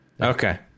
Okay